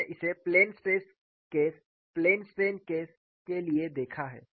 हमने इसे plane stress case plane strain case के लिए देखा है